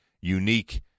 unique